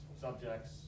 subjects